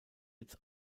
its